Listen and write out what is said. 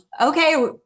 Okay